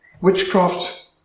witchcraft